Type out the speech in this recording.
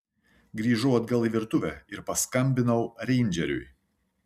grįžau atgal į virtuvę ir paskambinau reindžeriui